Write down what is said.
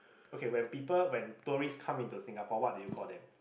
okay when people when tourist come into Singapore what do you call them